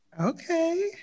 Okay